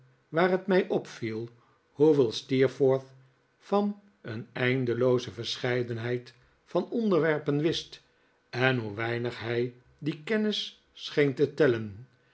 waar het mij opviel hoeveel steerforth van een eindelooze verscheidenheid van onderwerpen wist en hoe weinig hij die kennis scheen te tellen